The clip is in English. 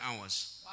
hours